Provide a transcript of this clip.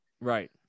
Right